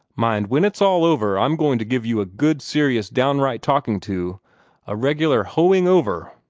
mind, when it's all over, i'm going to give you a good, serious, downright talking to a regular hoeing-over.